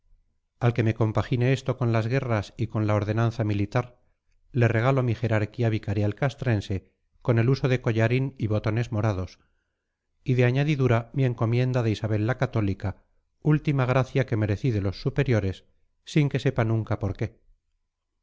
al que me compagine esto con las guerras y con la ordenanza militar le regalo mi jerarquía vicarial castrense con el uso de collarín y botones morados y de añadidura mi encomienda de isabel la católica última gracia que merecí de los superiores sin que sepa nunca por qué